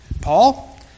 Paul